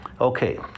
Okay